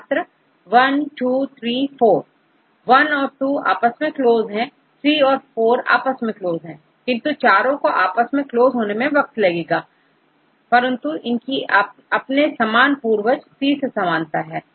छात्र I II III और IV I औरII आपस में क्लोज है औरIII औरIV आपस में क्लोज हैं किन्तु चारों को आपस में क्लोज होने में वक्त लगेगा परंतु इनकी अपने समान पूर्वजC से समानता है